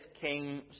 King